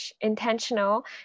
intentional